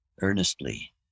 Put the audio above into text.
earnestly